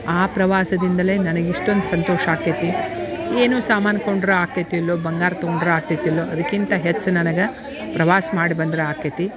ಆ ಪ್ರವಾಸದಿಂದಲೇ ನನ್ಗ ಇಷ್ಟೊಂದು ಸಂತೋಷ ಆಕೈತಿ ಏನೋ ಸಾಮಾನು ಕೊಂಡ್ರ ಆಗ್ತೈತೆ ಇಲ್ಲೋ ಬಂಗಾರ ತಗೊಂಡ್ರ ಆಗ್ತೈತೆ ಇಲ್ಲೋ ಅದ್ಕಿಂತ ಹೆಚ್ಚು ನನಗೆ ಪ್ರವಾಸ ಮಾಡಿ ಬಂದ್ರ ಆಕೈತಿ